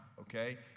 Okay